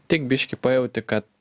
tik biškį pajauti kad